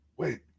Wait